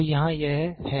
तो यहाँ यह है